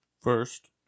First